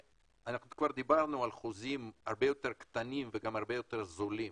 דברנו על חוזים יותר קטנים והרבה יותר זולים